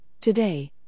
Today